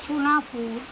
Sonarpur